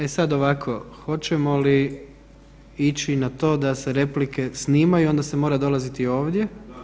E sad ovako, hoćemo li ići na to da se replike snimaju, onda se mora dolaziti ovdje?